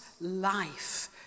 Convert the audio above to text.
life